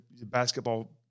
basketball